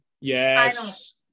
Yes